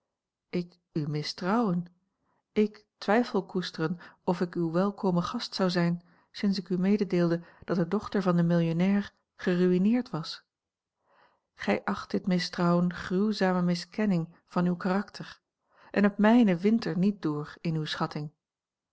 ik u mistrouwen ik twijfel koesteren of ik uw welkome gast zou zijn sinds ik u mededeelde dat de dochter van den millionair geruïneerd was gij acht dit mistrouwen gruwzame miskenning van uw karakter en het mijne wint er niet door in uwe schatting